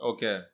Okay